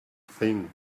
thing